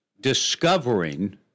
discovering